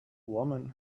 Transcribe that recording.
woman